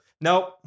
Nope